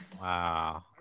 Wow